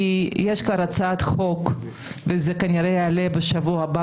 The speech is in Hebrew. יש כבר הצעת חוק - והיא כנראה תעלה בשבוע הבא